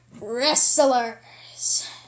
wrestlers